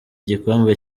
gikombe